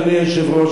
אדוני היושב-ראש,